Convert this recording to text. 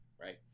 right